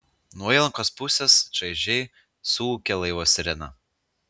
nuo įlankos pusės čaižiai suūkė laivo sirena